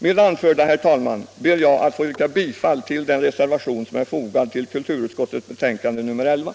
Med det anförda ber jag, herr talman, att få yrka bifall till den reservation som är fogad vid betänkandet.